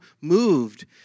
moved